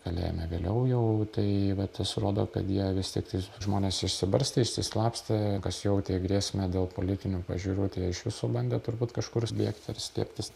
kalėjime vėliau jau tai va tas rodo kad jie vis tiek tai žmonės išsibarstė išsislapstė kas jautė grėsmę dėl politinių pažiūrų iš viso bandė turbūt kažkur bėgti ar slėptis